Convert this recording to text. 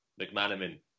McManaman